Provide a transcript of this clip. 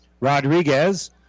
Rodriguez